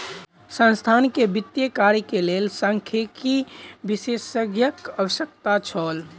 संस्थान के वित्तीय कार्य के लेल सांख्यिकी विशेषज्ञक आवश्यकता छल